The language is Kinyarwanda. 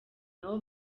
nabo